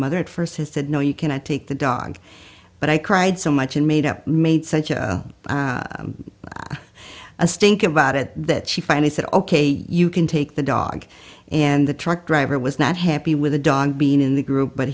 mother had first has said no you cannot take the dog but i cried so much and made up made such a a stink about it that she finally said ok you can take the dog and the truck driver was not happy with the dog being in the group but